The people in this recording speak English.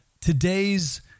today's